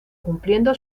cumpliendo